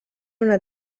una